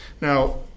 Now